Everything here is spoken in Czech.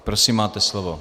Prosím, máte slovo.